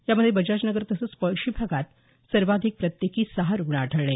यामध्ये बजाज नगर तसंच पळशी भागात सर्वाधिक प्रत्येकी सहा रुग्ण आढळले